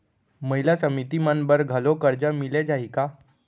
महिला समिति मन बर घलो करजा मिले जाही का?